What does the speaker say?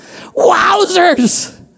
Wowzers